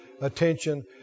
attention